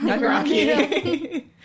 Rocky